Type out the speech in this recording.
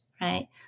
right